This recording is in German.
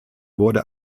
wurde